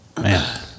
Man